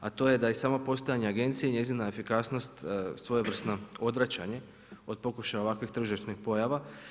A to je da samo postojanje agencije i njezina efikasnost svojevrsno odvraćanje od pokušaja ovakvih tržišnih pojava.